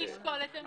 שישקול את זה.